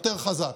יותר חזק.